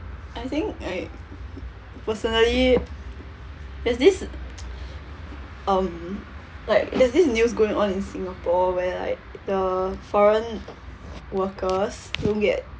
I think like personally there's this um like there's this news going on in singapore where like the foreign workers won't get